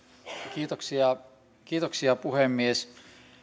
kiitoksia kiitoksia puhemies